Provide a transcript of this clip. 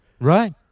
Right